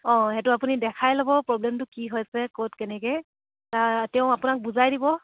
অঁ সেইটো আপুনি দেখাই ল'ব প্ৰব্লেমটো কি হৈছে ক'ত কেনেকৈ তেওঁ আপোনাক বুজাই দিব